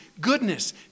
goodness